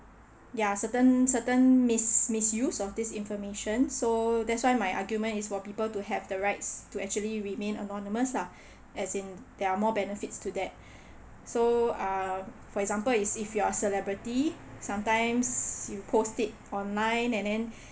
ya certain certain mis~ misuse of this information so that's why my argument is for people to have the rights to actually remain anonymous lah as in there are more benefits to that so uh for example is if you're celebrity sometimes you post it online and then